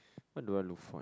what do I look for